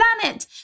planet